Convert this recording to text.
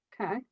okay